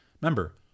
Remember